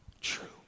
true